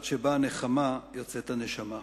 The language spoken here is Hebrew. "עד שבאה הנחמה יוצאת הנשמה".